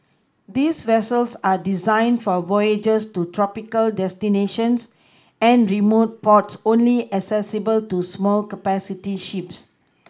these vessels are designed for voyages to tropical destinations and remote ports only accessible to small capacity ships